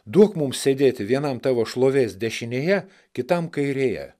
duok mums sėdėti vienam tavo šlovės dešinėje kitam kairėje